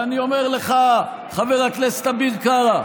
אני אומר לך, חבר הכנסת אביר קארה,